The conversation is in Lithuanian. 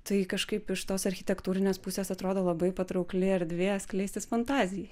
tai kažkaip iš tos architektūrinės pusės atrodo labai patraukli erdvė skleistis fantazijai